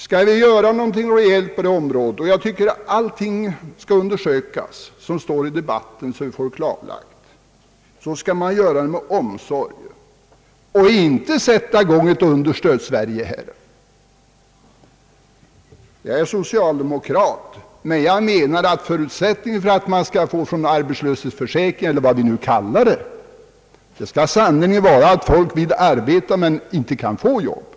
Skall vi göra någonting rejält på detta område — och jag tycker att man skall undersöka och klarlägga de förslag som förs fram i debatten — skall vi göra det med omsorg och inte sätta i gång ett Understöds-Sverige. Jag är socialdemokrat, men jag menar att förutsättningen för att folk skall få ersättning från arbetslöshetsförsäkringen, eller vad man nu kallar det, sannerligen måste vara att folk vill arbeta men inte kan få jobb.